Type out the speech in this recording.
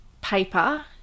paper